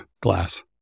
glass